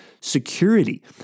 security